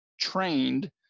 trained